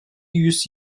yüz